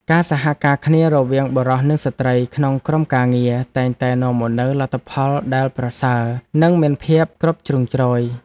ការសហការគ្នារវាងបុរសនិងស្ត្រីក្នុងក្រុមការងារតែងតែនាំមកនូវលទ្ធផលដែលប្រសើរនិងមានភាពគ្រប់ជ្រុងជ្រោយ។